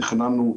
תכננו,